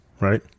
right